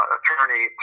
Attorney